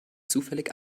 zufällig